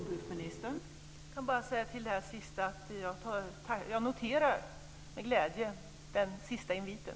Fru talman! Jag kan bara säga med anledning av det sista att jag noterar med glädje den inviten.